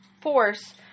force